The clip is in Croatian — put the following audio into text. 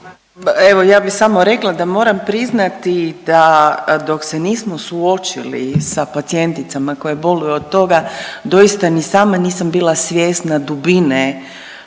Evo ja bih samo rekla da moram priznati da dok se nismo suočili sa pacijenticama koje boluju od toga doista ni sama nisam bila svjesna dubine